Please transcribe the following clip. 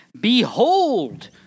Behold